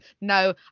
No